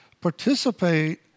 participate